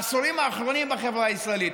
בעשורים האחרונים בחברה הישראלית.